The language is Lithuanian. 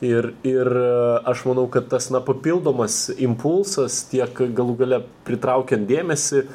ir ir aš manau kad tas na papildomas impulsas tiek galų gale pritraukiant dėmesį